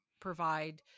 provide